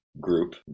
group